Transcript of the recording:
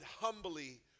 humbly